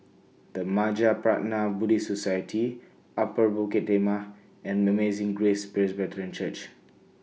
The Mahaprajna Buddhist Society Upper Bukit Timah and Amazing Grace Presbyterian Church